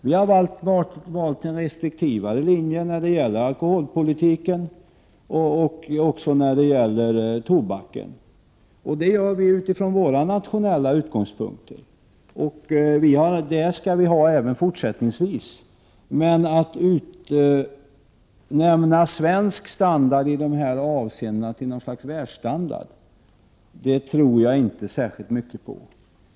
Vi har valt att följa en restriktivare linje när det gäller alkoholpolitiken och även när det gäller politiken på tobakens område. Det har vi gjort från våra nationella utgångspunkter. Det skall vi göra även fortsättningsvis. Att utnämna svensk standard i dessa avseenden till något slags världsstandard tror jag inte är någon särskilt bra idé.